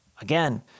Again